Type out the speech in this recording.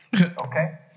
Okay